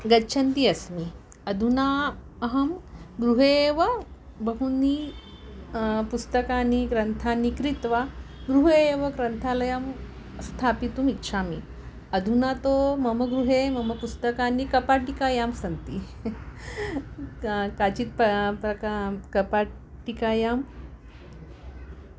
गच्छन्ती अस्मि अधुना अहं गृहे एव बहूनि पुस्तकानि ग्रन्थानि क्रीत्वा गृहे एव ग्रन्थालयं स्थापयितुम् इच्छामि अधुना तु मम गृहे मम पुस्तकानि कपाटिकायां सन्ति काचित् प प्रका कपाटिकायाम्